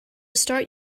start